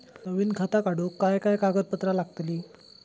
नवीन खाता काढूक काय काय कागदपत्रा लागतली?